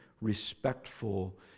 respectful